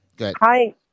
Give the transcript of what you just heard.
Hi